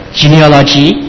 genealogy